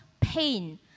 pain